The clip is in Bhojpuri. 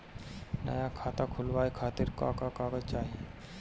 नया खाता खुलवाए खातिर का का कागज चाहीं?